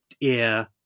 ear